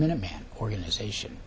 minuteman organization